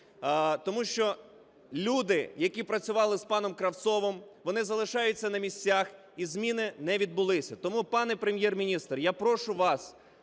Тому що люди, які працювали з паном Кравцовим, вони залишаються на місцях і зміни не відбулися. Тому, пане Прем'єр-міністр, я прошу вас